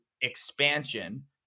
expansion